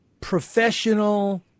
professional